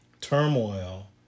turmoil